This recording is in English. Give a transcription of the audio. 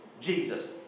Jesus